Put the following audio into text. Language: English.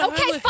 Okay